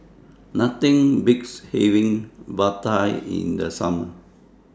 Nothing Beats having Vadai in The Summer